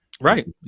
Right